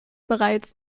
bereits